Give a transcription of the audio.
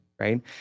right